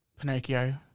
Pinocchio